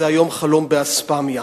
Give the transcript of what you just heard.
זה היום חלום באספמיה.